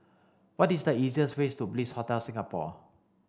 what is the easiest ways to Bliss Hotel Singapore